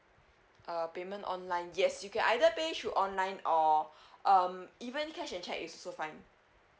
uh payment online yes you can either pay through online or um even cash and cheque is also fine